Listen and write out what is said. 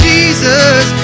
Jesus